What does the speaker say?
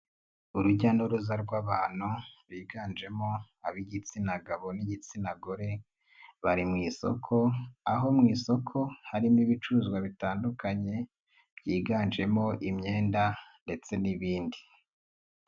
Urujya n'uruza rw'abantu biganjemo ab'igitsina gabo n'igitsina gore, bari mu isoko aho mu isoko harimo ibicuruzwa bitandukanye byiganjemo imyenda ndetse n'ibindi.